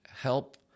help